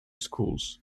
schools